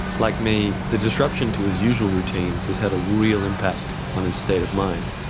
like me, the disruption to his usual routines has had a real impact on his state of mind.